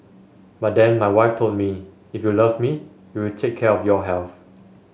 but then my wife told me if you love me you will take care of your health